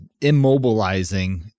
immobilizing